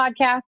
podcast